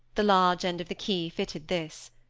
the large end of the key fitted this.